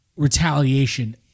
retaliation